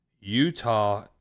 Utah